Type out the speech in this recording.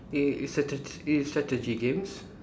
it is strategy it is strategy games